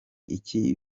ibiki